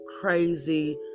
crazy